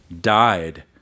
died